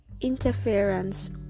interference